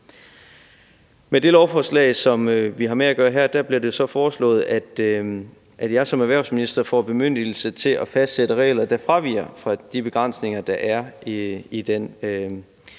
Med det lovforslag, som vi har med at gøre her, bliver det så foreslået, at jeg som erhvervsminister får bemyndigelse til at fastsætte regler, der fraviger fra de begrænsninger, der er i den